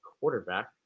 quarterback